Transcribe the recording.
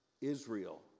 Israel